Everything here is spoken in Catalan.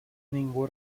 ningú